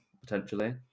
potentially